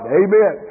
amen